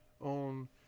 on